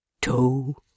toe